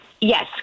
Yes